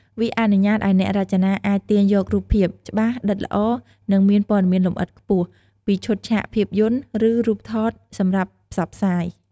វាអនុញ្ញាតឱ្យអ្នករចនាអាចទាញយករូបភាព ច្បាស់ ដិតល្អ និងមានព័ត៌មានលម្អិតខ្ពស់ ពីឈុតឆាកភាពយន្ត ឬរូបថតសម្រាប់ផ្សព្វផ្សាយ ។